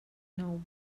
nou